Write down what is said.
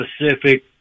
specific